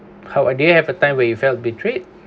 how are they have a time where you felt betrayed